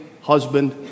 husband